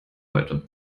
heute